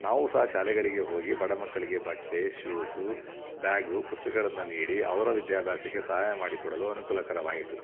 ನಾವೂ ಸಹ ಶಾಲೆಗಳಿಗೆ ಹೋಗಿ ಬಡ ಮಕ್ಕಳಿಗೆ ಬಟ್ಟೆ ಶೂಸು ಬ್ಯಾಗು ಪುಸ್ತಕ್ಗಳನ್ನು ನೀಡಿ ಅವರ ವಿದ್ಯಾಭ್ಯಾಸಕ್ಕೆ ಸಹಾಯ ಮಾಡಿಕೊಡಲು ಅನುಕೂಲಕರವಾಯಿತು